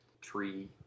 tree